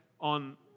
on